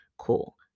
Cool